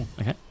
Okay